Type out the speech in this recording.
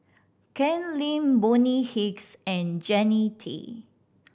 Ken Lim Bonny Hicks and Jannie Tay